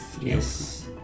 Yes